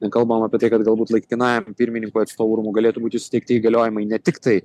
kalbam apie tai kad galbūt laikinajam pirmininkui atstovų rūmų galėtų būti suteikti įgaliojimai ne tiktai